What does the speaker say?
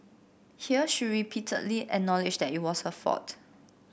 here she repeatedly acknowledged that it was her fault